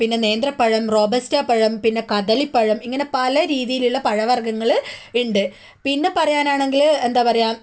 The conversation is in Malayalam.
പിന്നെ നേന്ത്രപ്പഴം റോബസ്റ്റ പഴം പിന്നെ കദളിപ്പഴം ഇങ്ങനെ പല രീതിയിലുള്ള പഴവർഗ്ഗങ്ങൾ ഉണ്ട് പിന്നെ പറയാനാണെങ്കിൽ എന്താ പറയാ